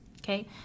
okay